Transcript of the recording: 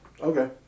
Okay